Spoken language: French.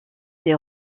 des